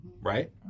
right